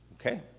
okay